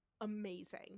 Amazing